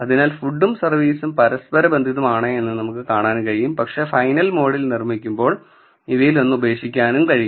അതിനാൽ ഫുഡും സർവീസും പരസ്പരബന്ധിതമാണെന്ന് നമുക്ക് കാണാൻ കഴിയും പക്ഷേ ഫൈനൽ മോഡൽ നിർമ്മിക്കുമ്പോൾ ഇവയിലൊന്ന് ഉപേക്ഷിക്കാൻ കഴിയും